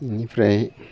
इनिफ्राय